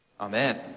Amen